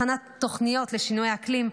הכנת תוכניות לשינוי האקלים,